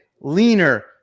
leaner